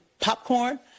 popcorn